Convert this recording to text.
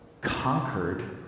conquered